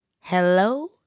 Hello